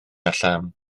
allan